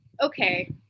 okay